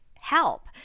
Help